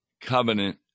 covenant